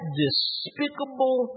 despicable